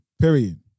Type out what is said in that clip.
period